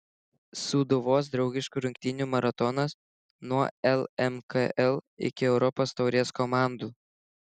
sūduvos draugiškų rungtynių maratonas nuo lmkl iki europos taurės komandų